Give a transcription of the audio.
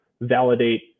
validate